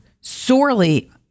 sorely